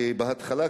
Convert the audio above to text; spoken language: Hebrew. כי בהתחלה,